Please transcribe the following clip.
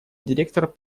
директор